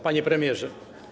Panie Premierze!